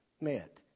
met